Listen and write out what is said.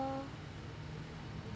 uh